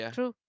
True